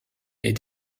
est